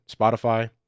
Spotify